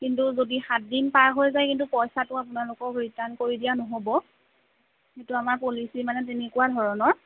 কিন্তু যদি সাত দিন পাৰ হৈ যায় কিন্তু পইছাটো আপোনালোকক ৰিটাৰ্ণ কৰি দিয়া নহ'ব সেইটা আমাৰ মানে পলিচি তেনেকুৱা ধৰণৰ